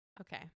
Okay